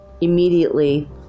immediately